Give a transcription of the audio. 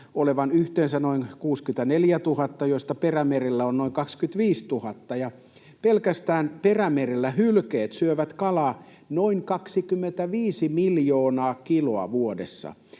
olevan yhteensä noin 64 000, joista Perämerellä on noin 25 000. Pelkästään Perämerellä hylkeet syövät kalaa noin 25 miljoonaa kiloa vuodessa.